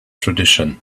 tradition